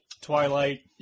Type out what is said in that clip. Twilight